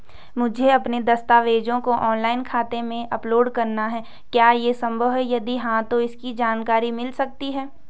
मुझे अपने दस्तावेज़ों को ऑनलाइन खाते में अपलोड करना है क्या ये संभव है यदि हाँ तो इसकी जानकारी मिल सकती है?